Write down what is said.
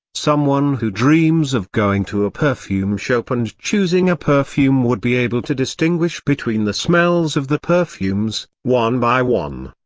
someone who dreams of going to a perfume shop and choosing a perfume would be able to distinguish between the smells of the perfumes, one by one.